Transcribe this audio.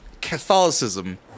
Catholicism